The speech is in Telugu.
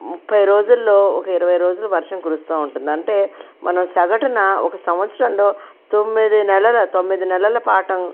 ముఫై రోజుల్లో ఒక ఇరవై రోజుల్లో వర్షం కురుస్తూ ఉంటుంది అంటే మనం సగటున ఒక సంవత్సరంలో తొమ్మిది తొమ్మిది నెలల పాటు